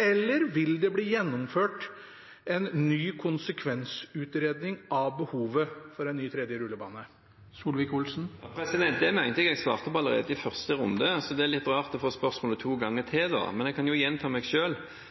eller vil det bli gjennomført en ny konsekvensutredning av behovet for en ny tredje rullebane? Det mener jeg jeg svarte på allerede i første runde, så det er litt rart å få spørsmålet to ganger til. Men jeg kan jo gjenta meg